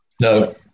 No